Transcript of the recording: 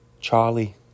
Charlie